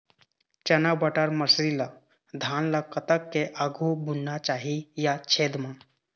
चना बटर मसरी ला धान ला कतक के आघु बुनना चाही या छेद मां?